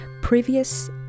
Previous